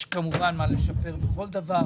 יש כמובן מה לשפר בכל דבר,